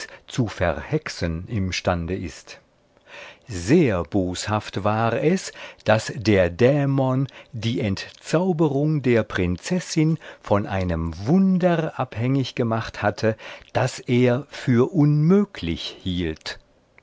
zu verhexen imstande ist sehr boshaft war es daß der dämon die entzauberung der prinzessin von einem wunder abhängig gemacht hatte das er für unmöglich hielt